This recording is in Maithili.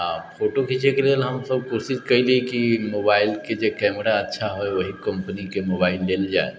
आओर फोटो घीचैके लेल हमसब कोशिश कयली कि मोबाइलके जे कैमरा अच्छा होइ ओहि कम्पनीके मोबाइल लेल जाइ